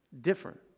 different